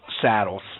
Saddles